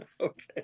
Okay